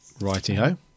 righty-ho